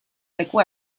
leku